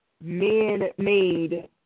man-made